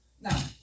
Now